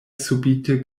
subite